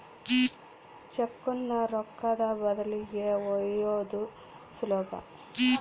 ಚೆಕ್ಕುನ್ನ ರೊಕ್ಕದ ಬದಲಿಗಿ ಒಯ್ಯೋದು ಸುಲಭ